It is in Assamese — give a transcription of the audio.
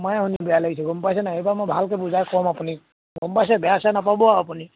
আমাৰে শুনি বেয়া লাগিছে গম পাইছে নাই এইবাৰ মই ভালকৈ বুজাই ক'ম আপুনি গম পাইছে বেয়া চেয়া নাপাব আৰু আপুনি